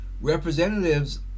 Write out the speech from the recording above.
Representatives